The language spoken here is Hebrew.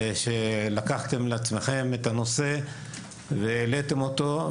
לגעת בנושא כל-כך כאוב ולנסות להוביל לפתרונות,